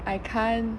I can't